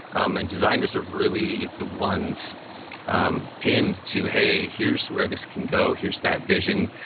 and designers are really the ones pinned to hey, here's where this can go. here's that vision.